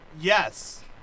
Yes